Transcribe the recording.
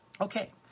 Okay